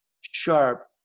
sharp